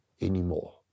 anymore